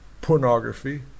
pornography